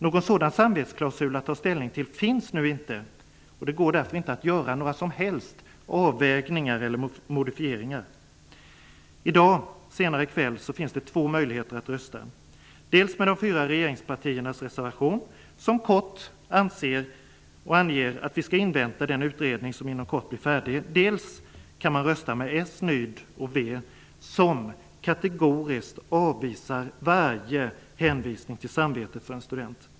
Någon sådan samvetsklausul att ta ställning till finns nu inte och det går därför inte att göra några som helst avvägningar eller modifieringar. I dag finns två sätt att rösta på: dels med de fyra regeringspartiernas reservation som kort anger att vi ska invänta den utredning som inom kort blir färdig, dels med s, nyd och v som kategoriskt avvisar varje hänvisning till samvetet för en student.